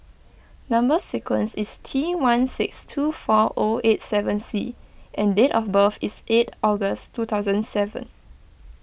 Number Sequence is T one six two four O eight seven C and date of birth is eight August two thousand and seven